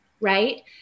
right